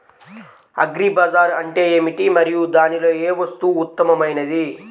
Agri Bazaar అంటే ఏమిటి మరియు దానిలో ఏ వస్తువు ఉత్తమమైనది?